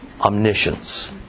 omniscience